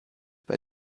bei